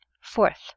Fourth